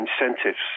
incentives